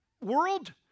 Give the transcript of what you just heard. world